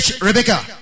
Rebecca